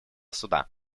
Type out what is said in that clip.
суда